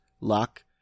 luck